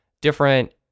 different